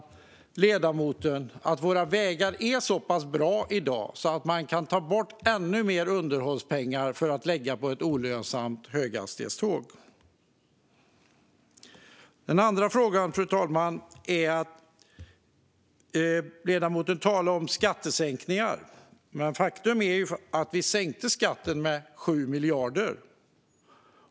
Anser ledamoten att våra vägar är så pass bra i dag att man kan ta bort ännu mer underhållspengar för att lägga på ett olönsamt höghastighetståg? Fru talman! Den andra frågan gäller att ledamoten talade om skattesänkningar. Men faktum är att vi sänkte skatten med 7 miljarder.